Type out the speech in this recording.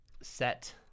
set